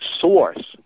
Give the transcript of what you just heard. source